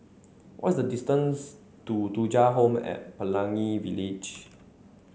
what is the distance to Thuja Home at Pelangi Village